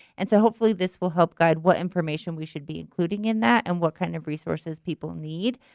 and so hopefully this will help guide what information we should be including in that and what kind of resources people need.